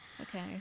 okay